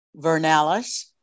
Vernalis